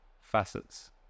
facets